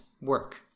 work